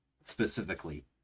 specifically